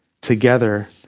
together